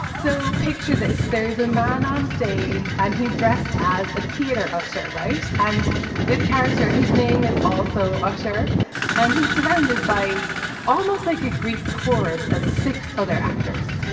so picture this. there is a man on stage and he's dressed as a theater usher rice and this character his name is also usher and he's surrounded by almost like a greek chorus of six other actors.